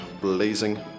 blazing